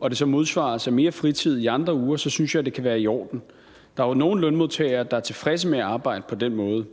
og det så modsvares af mere fritid i andre uger, så synes jeg, det kan være i orden. Der er jo nogle lønmodtagere, der er tilfredse med at arbejde på den måde.